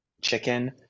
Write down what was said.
chicken